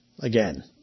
Again